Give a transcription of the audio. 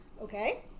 okay